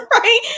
right